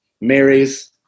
marries